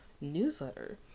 newsletter